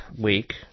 week